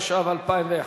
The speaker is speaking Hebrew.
התשע"ב 2011,